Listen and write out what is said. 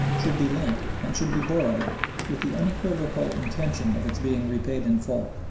should be lent and should be borrowed with the unequivocal intention of its being repaid in full.